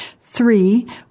Three